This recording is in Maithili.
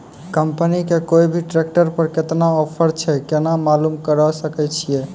कंपनी के कोय भी ट्रेक्टर पर केतना ऑफर छै केना मालूम करऽ सके छियै?